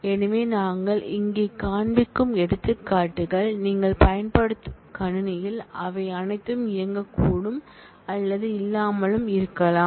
எனவே நாங்கள் இங்கே காண்பிக்கும் எடுத்துக்காட்டுகள் நீங்கள் பயன்படுத்தும் கணினியில் அவை அனைத்தும் இயங்கக்கூடும் அல்லது இல்லாமலும் இருக்கலாம்